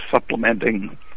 supplementing